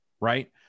right